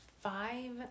five